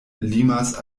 limas